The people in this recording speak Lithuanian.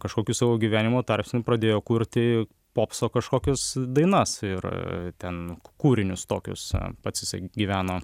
kažkokiu savo gyvenimo tarpsniu pradėjo kurti popso kažkokias dainas ir ten kūrinius tokius pats jisai gyveno